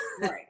Right